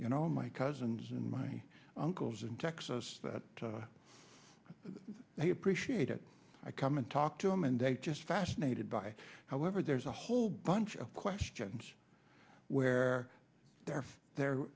you know my cousins and my uncles in texas that they appreciate it i come and talk to them and they just fascinated by however there's a whole bunch of questions where they're